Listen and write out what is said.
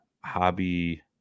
hobby